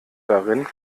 darin